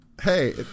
Hey